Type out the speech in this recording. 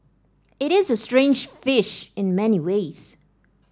it is a strange fish in many ways